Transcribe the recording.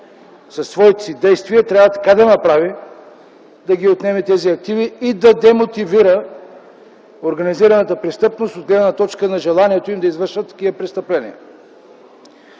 със своите действия, че да отнеме тези активи и да демотивира организираната престъпност от гледна точка на желанието им да извършват такива престъпления.